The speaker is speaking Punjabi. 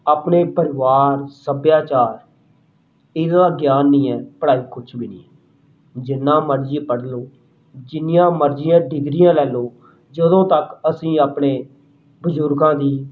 ਆਪਣੇ ਪਰਿਵਾਰ ਸੱਭਿਆਚਾਰ ਇਹਦਾ ਗਿਆਨ ਨਹੀਂ ਹੈ ਪੜ੍ਹਾਈ ਕੁਛ ਵੀ ਨਹੀਂ ਹੈ ਜਿੰਨਾ ਮਰਜ਼ੀ ਪੜ੍ਹ ਲਉ ਜਿੰਨੀਆਂ ਮਰਜ਼ੀਆਂ ਡਿਗਰੀਆਂ ਲੈ ਲਉ ਜਦੋਂ ਤੱਕ ਅਸੀਂ ਆਪਣੇ ਬਜ਼ੁਰਗਾਂ ਦੀ